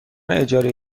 اجاره